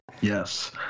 Yes